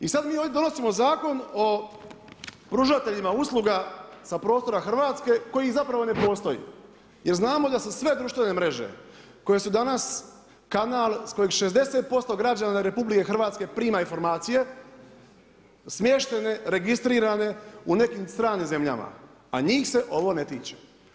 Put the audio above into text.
I sad mi ovdje donosimo zakon o pružateljima usluga, sa prostora Hrvatske, koji zapravo ne postoji, jer znamo da se sve društvene mreže, koje su danas kanal iz kojeg 60% građana RH prima informacije, smještene, registrirane u nekim stranim zemljama, a njih se ovo ne tiče.